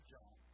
John